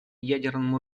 ядерному